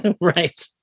Right